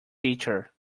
teacher